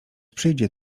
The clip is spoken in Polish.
przyjdzie